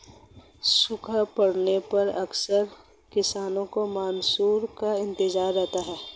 सूखा पड़ने पर अक्सर किसानों को मानसून का इंतजार रहता है